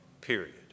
period